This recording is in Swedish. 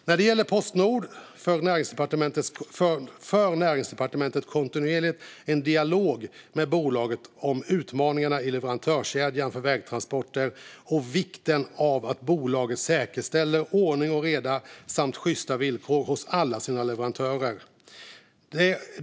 När det gäller Postnord för Näringsdepartementet kontinuerligt en dialog med bolaget om utmaningarna i leverantörskedjan för vägtransporter och vikten av att bolaget säkerställer ordning och reda samt sjysta villkor hos alla sina leverantörer.